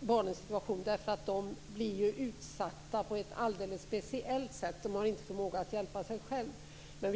barnens situation. De blir utsatta på ett särskilt sätt, eftersom de inte har förmåga att hjälpa sig själva.